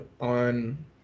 on